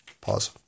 Pause